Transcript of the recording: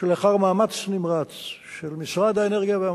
שלאחר מאמץ נמרץ של משרד האנרגיה והמים,